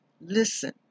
listen